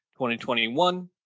2021